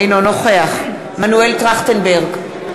אינו נוכח מנואל טרכטנברג,